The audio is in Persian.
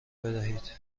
بدهید